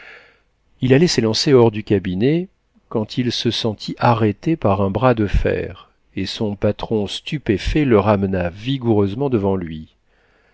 il allait s'élancer hors du cabinet quand il se sentit arrêté par un bras de fer et son patron stupéfait le ramena vigoureusement devant lui